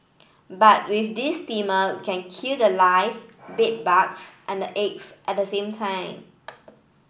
but with this steamer can kill the live bed bugs and the eggs at the same time